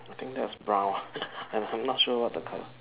I think that's brown ah I'm not sure what the color